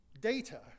data